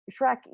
Shrek